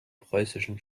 preußischen